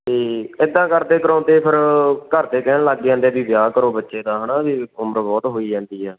ਅਤੇ ਇੱਦਾਂ ਕਰਦੇ ਕਰਾਉਂਦੇ ਫਿਰ ਘਰ ਦੇ ਕਹਿਣ ਲੱਗ ਜਾਂਦੇ ਵੀ ਵਿਆਹ ਕਰੋ ਬੱਚੇ ਦਾ ਹੈ ਨਾ ਵੀ ਉਮਰ ਬਹੁਤ ਹੋਈ ਜਾਂਦੀ ਆ